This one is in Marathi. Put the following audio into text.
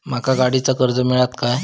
माका गाडीचा कर्ज मिळात काय?